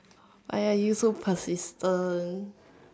why are you so persistent